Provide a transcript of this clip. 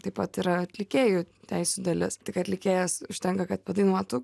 taip pat yra atlikėjų teisių dalis tik atlikėjas užtenka kad padainuotų